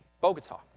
Bogota